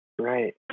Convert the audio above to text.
Right